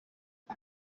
com